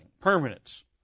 Permanence